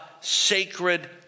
sacred